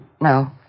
No